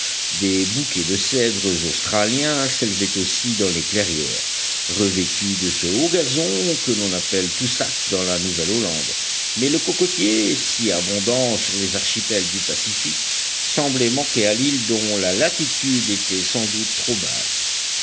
des bouquets de cèdres australiens s'élevaient aussi dans les clairières revêtues de ce haut gazon que l'on appelle tussac dans la nouvelle-hollande mais le cocotier si abondant sur les archipels du pacifique semblait manquer à l'île dont la latitude était sans doute trop basse